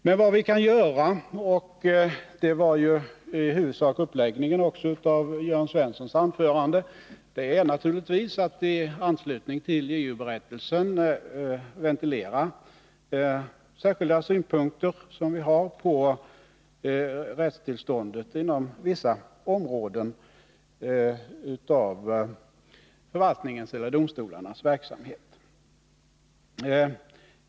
Men vad vi kan göra — detta var också i huvudsak uppläggningen av Jörn Svenssons anförande — är naturligtvis att i anslutning till JO-berättelsen ventilera särskilda synpunkter som vi har på rättstillståndet inom vissa områden av förvaltningens eller domstolarnas verksamhet.